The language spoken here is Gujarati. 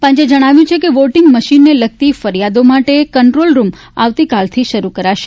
પંચે જણાવ્યું છે કે વોટીંગ મશીનને લગતી ફરિયાદો માટે કંટ્રોલરૂમ આવતીકાલથી શરૂ કરાશે